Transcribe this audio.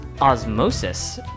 osmosis